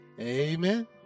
Amen